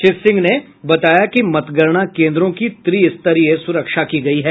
श्री सिंह ने बताया कि मतगणना केन्द्रों की त्रि स्तरीय सुरक्षा की गयी है